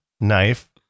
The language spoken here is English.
knife